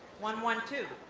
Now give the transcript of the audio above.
one one two.